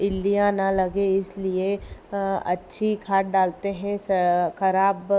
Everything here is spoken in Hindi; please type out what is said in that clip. इल्लियाँ ना लगें इसलिए अच्छी खाद डालते हैं ख़राब